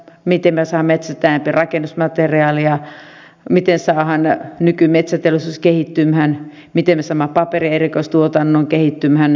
miten me saamme metsästä enempi rakennusmateriaalia miten saadaan nykymetsäteollisuus kehittymään miten me saamme paperin erikoistuotannon kehittymään